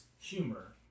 humor